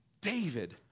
David